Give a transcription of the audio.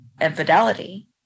infidelity